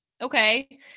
okay